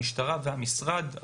המשטרה והמשרד לביטחון פנים,